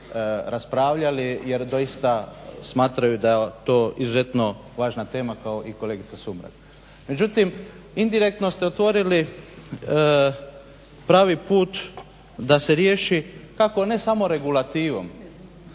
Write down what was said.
raspravljali jer doista smatraju da je to izuzetno važna tema kao i kolegica Sumrak. Međutim, indirektno ste otvorili pravi put da se riješi ne samo regulativom